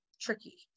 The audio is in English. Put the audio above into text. tricky